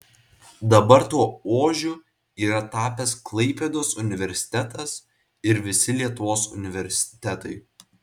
dabar tuo ožiu yra tapęs klaipėdos universitetas ir visi lietuvos universitetai